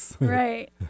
Right